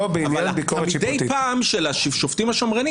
לא בעניין ביקורת שיפוטית ה-מדי פעם של השופטים השמרנים